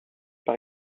par